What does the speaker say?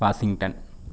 Washington